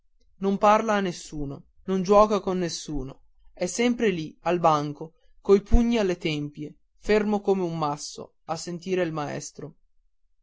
non parla a nessuno non gioca con nessuno è sempre lì al banco coi pugni alle tempie fermo come un masso a sentire il maestro